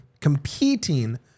competing